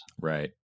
Right